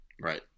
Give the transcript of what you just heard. Right